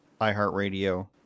iHeartRadio